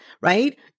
right